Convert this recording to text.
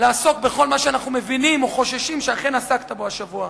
לעסוק בכל מה שאנחנו מבינים או חוששים שאכן עסקת בו השבוע.